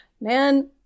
Man